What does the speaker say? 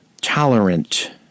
tolerant